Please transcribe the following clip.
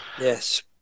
Yes